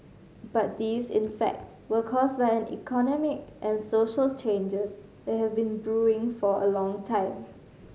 but these in fact were caused by an economic and social changes that have been brewing for a long time